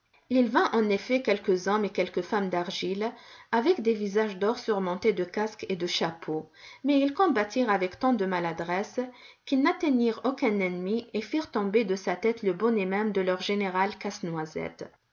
il vint en effet quelques hommes et quelques femmes d'argile avec des visages d'or surmontés de casques et de chapeaux mais ils combattirent avec tant de maladresse qu'ils n'atteignirent aucun ennemi et firent tomber de sa tête le bonnet même de leur général casse-noisette